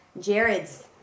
Jared's